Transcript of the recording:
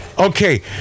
Okay